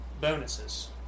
bonuses